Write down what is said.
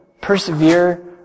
persevere